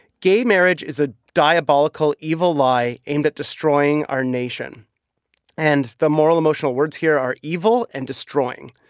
gay marriage is a diabolical, evil lie aimed at destroying our nation and the moral, emotional words here are evil and destroying,